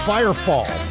Firefall